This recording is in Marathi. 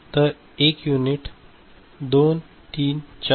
तर हे 1 युनिट 2 3 4